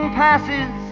passes